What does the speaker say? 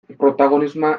protagonismoa